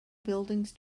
buildings